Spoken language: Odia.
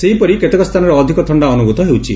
ସେହିପରି କେତେକ ସ୍ଚାନରେ ଅଧିକ ଥଣ୍ତା ଅନୁଭ୍ରତ ହେଉଛି